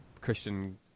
Christian